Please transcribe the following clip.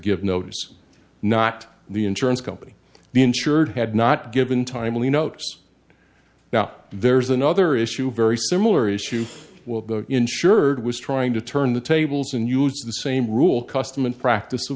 give notice not the insurance company the insured had not given timely notes now there's another issue very similar issue will the insured was trying to turn the tables and use the same rule custom and practice